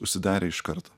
užsidarė iš karto